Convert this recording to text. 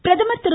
பிரதமர் திரு